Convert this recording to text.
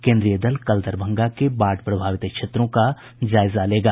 केन्द्रीय दल कल दरभंगा के बाढ़ प्रभावित क्षेत्रों का जायजा लेगा